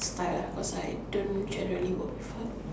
style ah cause I don't generally work with her